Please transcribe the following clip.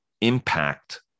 impact